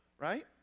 Right